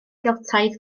geltaidd